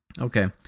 Okay